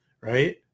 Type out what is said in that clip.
Right